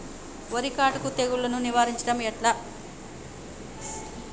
వరిలో కాటుక తెగుళ్లను నివారించడం ఎట్లా?